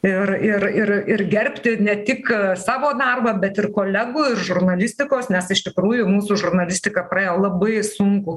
ir ir ir ir gerbti ne tik savo darbą bet ir kolegų ir žurnalistikos nes iš tikrųjų mūsų žurnalistika praėjo labai sunkų